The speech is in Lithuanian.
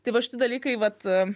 tai va šiti dalykai vat